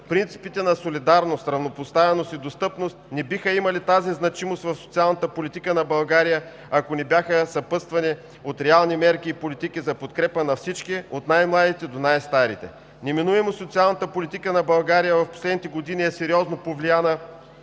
Принципите на солидарност, равнопоставеност и достъпност не биха имали тази значимост в социалната политика на България, ако не бяха съпътствани от реални мерки и политики за подкрепа на всички – от най-младите до най-старите. Неминуемо социалната политика на България в последните години е сериозно повлияна